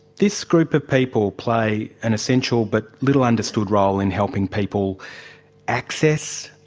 this group of people play an essential but little understood role in helping people access,